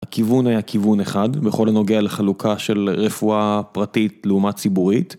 הכיוון היה כיוון אחד, בכל הנוגע לחלוקה של רפואה פרטית לעומת ציבורית.